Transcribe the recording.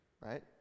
right